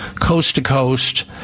coast-to-coast